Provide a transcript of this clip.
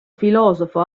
filosofo